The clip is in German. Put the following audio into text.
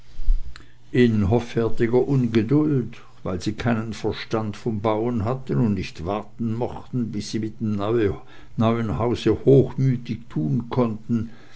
in hoffärtiger ungeduld weil sie keinen verstand vom bauen hatten und nicht warten mochten bis sie mit dem neuen hause hochmütig tun konnten